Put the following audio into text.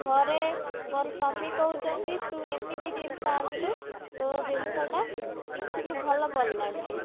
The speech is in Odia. ଘରେ ମୋର ସ୍ଵାମୀ କହୁଛନ୍ତି ତୁ ଏମିତି ଜିନିଷ ଆଣିଲୁ ତୋ ଜିନିଷଟା କିଛି ବି ଭଲ ପଡ଼ିଲାନି